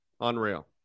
unreal